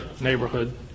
neighborhood